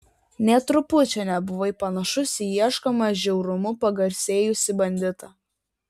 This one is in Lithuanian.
nė trupučio nebuvai panašus į ieškomą žiaurumu pagarsėjusį banditą